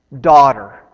daughter